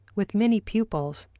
with many pupils,